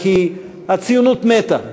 שהציונות מתה.